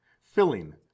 filling